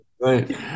right